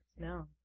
No